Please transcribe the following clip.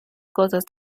cosas